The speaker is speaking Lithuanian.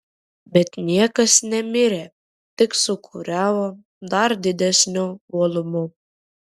bet niekas nemirė tik sūkuriavo dar didesniu uolumu